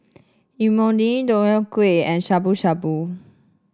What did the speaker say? Imoni Deodeok Gui and Shabu Shabu